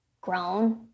grown